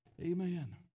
Amen